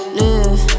live